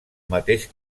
mateix